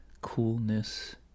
coolness